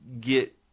get